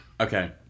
Okay